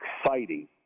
exciting